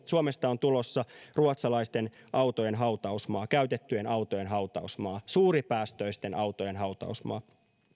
suomesta on tulossa ruotsalaisten autojen hautausmaa käytettyjen autojen hautausmaa suuripäästöisten autojen hautausmaa